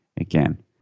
again